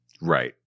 Right